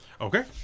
Okay